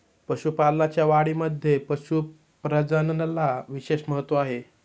पशुपालनाच्या वाढीमध्ये पशु प्रजननाला विशेष महत्त्व आहे